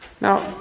Now